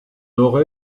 nord